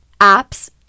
apps